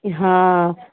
हाँ